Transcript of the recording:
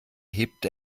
hebt